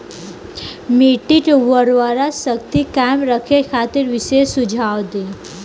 मिट्टी के उर्वरा शक्ति कायम रखे खातिर विशेष सुझाव दी?